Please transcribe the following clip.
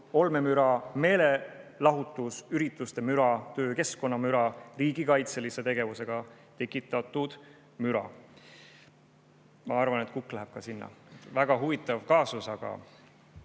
olmemüra, meelelahutusürituste müra, töökeskkonna müra, riigikaitselise tegevusega tekitatud müra. Ma arvan, et kukk läheb ka sinna. Väga huvitav kaasus, aga